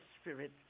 Spirit